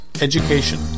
education